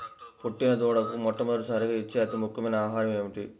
పుట్టిన దూడకు మొట్టమొదటిసారిగా ఇచ్చే అతి ముఖ్యమైన ఆహారము ఏంటి?